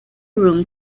room